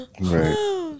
Right